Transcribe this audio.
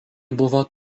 buvo